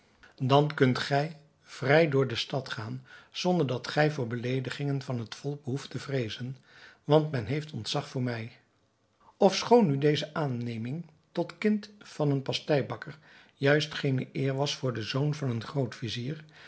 dan kunt gij vrij door de stad gaan zonder dat gij voor beleedigingen van het volk behoeft te vreezen want men heeft ontzag voor mij ofschoon nu deze aanneming tot kind van een pasteibakker juist geene eer was voor den zoon van een